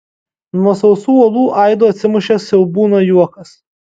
nuo sausų uolų aidu atsimušė siaubūno juokas